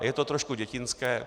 Je to trošku dětinské.